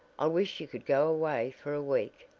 i wish you could go away for a week.